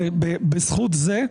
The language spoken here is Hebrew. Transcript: בזכות זה,